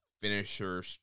finisher